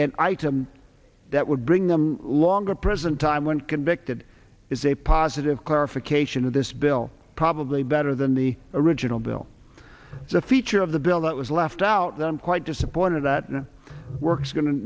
that item that would bring them longer present time when convicted is a positive clarification of this bill probably better than the original bill is a feature of the bill that was left out and quite disappointed that it works going to